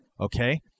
Okay